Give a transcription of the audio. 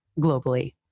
globally